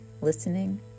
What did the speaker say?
listening